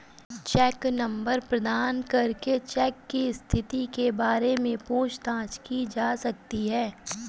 check number प्रदान करके cheque की स्थिति के बारे में पूछताछ की जा सकती है